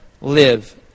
live